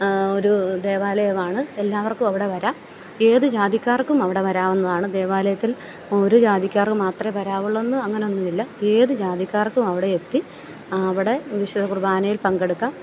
ഒരു ദേവാലയമാണ് എല്ലാവർക്കും അവിടെ വരാം ഏത് ജാതിക്കാർക്കും അവിടെ വരാവുന്നതാണ് ദേവാലയത്തിൽ ഒരു ജാതിക്കാർക്ക് മാത്രമേ വരാവുള്ളൂന്ന് അങ്ങനെയൊന്നും ഇല്ല ഏത് ജാതിക്കാർക്കും അവിടെ എത്തി അവിടെ വിശുദ്ധ കുർബ്ബാനയിൽ പങ്കെടുക്കാം